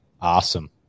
Awesome